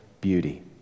beauty